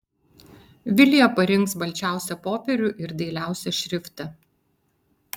vilija parinks balčiausią popierių ir dailiausią šriftą